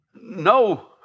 no